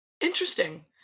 Interesting